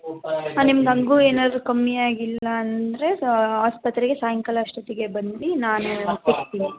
ಹಾಂ ನಿಮಗೆ ಹಾಗೂ ಏನಾದರೂ ಕಮ್ಮಿ ಆಗಿಲ್ಲಾಂದರೆ ಸ ಆಸ್ಪತ್ರೆಗೆ ಸಾಯಂಕಾಲ ಅಷ್ಟೊತ್ತಿಗೆ ಬನ್ನಿ ನಾನು ಸಿಗ್ತೀನಿ